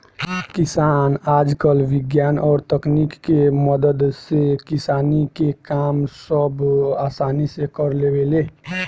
किसान आजकल विज्ञान और तकनीक के मदद से किसानी के काम सब असानी से कर लेवेले